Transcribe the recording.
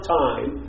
time